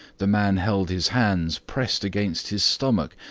the man held his hands pressed against his stomach,